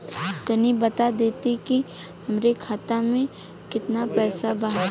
तनि बता देती की हमरे खाता में कितना पैसा बा?